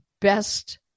best